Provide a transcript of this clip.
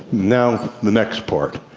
now the next part.